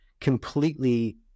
completely